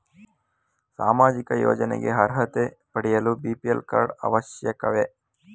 ಸಾಮಾಜಿಕ ಯೋಜನೆಗೆ ಅರ್ಹತೆ ಪಡೆಯಲು ಬಿ.ಪಿ.ಎಲ್ ಕಾರ್ಡ್ ಅವಶ್ಯಕವೇ?